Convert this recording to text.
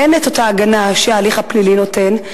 אין את אותה הגנה שההליך הפלילי נותן,